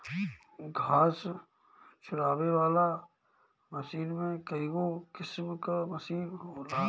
घास झुरवावे वाला मशीन में कईगो किसिम कअ मशीन होला